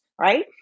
right